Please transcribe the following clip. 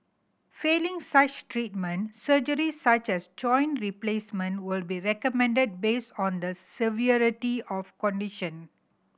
failing such treatment surgery such as joint replacement will be recommended based on the severity of condition